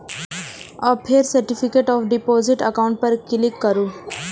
आ फेर certificate of deposit account पर क्लिक करू